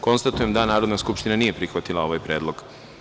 Konstatujem da Narodna skupština nije prihvatila predlog.